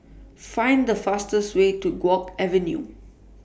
Find The fastest Way to Guok Avenue